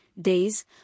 days